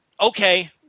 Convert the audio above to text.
okay